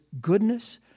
goodness